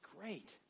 great